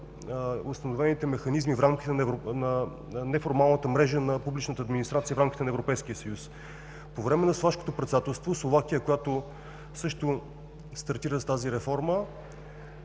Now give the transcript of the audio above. установените механизми на неформалната мрежа на публичната администрация в рамките на Европейския съюз. По време на словашкото председателство Словакия, която също стартира с тази реформа,